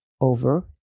over